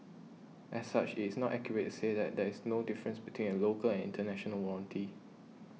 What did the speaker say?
as such it is not accurate to say that there is no difference between a local and international warranty